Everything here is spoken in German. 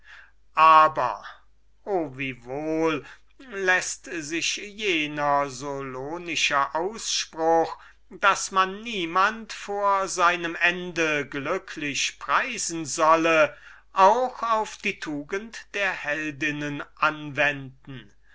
aber o wie wohl läßt sich jener solonische ausspruch daß man niemand vor seinem ende glücklich preisen solle auch auf die tugend der heldinnen anwenden